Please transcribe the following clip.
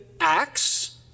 acts